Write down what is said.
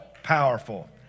Powerful